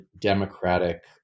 democratic